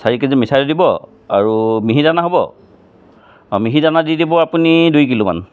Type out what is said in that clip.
চাৰি কেজি মিঠা দৈ দিব আৰু মিহিদানা হ'ব অঁ মিহি দানা দি দিব আপুনি দুই কিলোমান